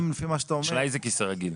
השאלה איזה כיסא רגיל.